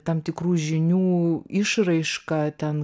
tam tikrų žinių išraiška ten